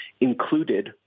included